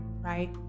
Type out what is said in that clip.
Right